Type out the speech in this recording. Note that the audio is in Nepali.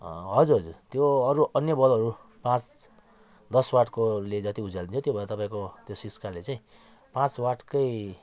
हजुर त्यो अरू अन्य बल्बहरू पाँच दस वाटकोले जति उज्यालो दियो त्योभन्दा तपाईँको त्यो सिस्काले चाहिँ पाँच वाटकै